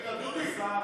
רגע, דודי.